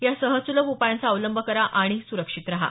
या सहज सुलभ उपायांचा अवलंब करा आणि सुरक्षित रहा